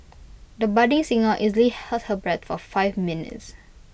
the budding singer easily held her breath for five minutes